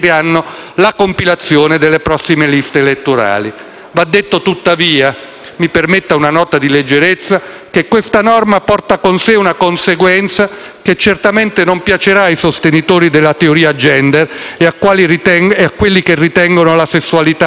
Va detto tuttavia - mi permetta una nota di leggerezza - che questa norma porta con sé una conseguenza che certamente non piacerà ai sostenitori della teoria *gender* e a quanti ritengono che la sessualità sia fluida e possa essere determinata da fattori solo culturali.